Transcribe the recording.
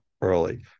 early